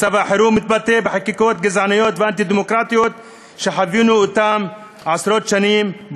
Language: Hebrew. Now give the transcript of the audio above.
מצב החירום מתבטא בחקיקות גזעניות ואנטי-דמוקרטיות שחווינו עשרות שנים,